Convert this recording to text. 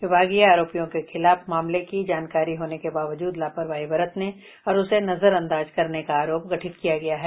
विभागीय आरोपियों के खिलाफ मामले की जानकारी होने के बावजूद लापरवाही बरतने और उसे नजरअंदाज करने का आरोप गठित किया गया है